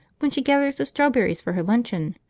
when she gathers the strawberries for her luncheon.